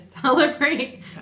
celebrate